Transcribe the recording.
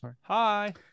Hi